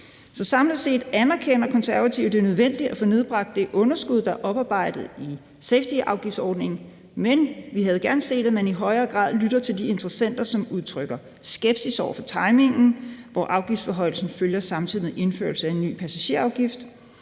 Samlet set anerkender Konservative, at det er nødvendigt at få nedbragt det underskud, der er oparbejdet i safetyafgiftsordningen, men vi havde gerne set, at man i højere grad lyttede til de interessenter, som udtrykker skepsis over for timingen, hvor afgiftsforhøjelsen følger samtidig med indførelse af en ny passagerafgift.